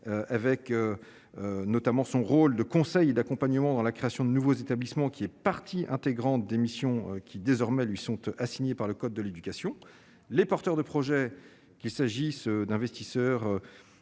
avec notamment son rôle de conseil et d'accompagnement dans la création de nouveaux établissements qui est partie intégrante d'missions qui désormais lui sont eux assignés par le code de l'éducation, les porteurs de projets, qu'il s'agisse d'investisseurs